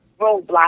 roadblock